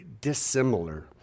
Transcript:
dissimilar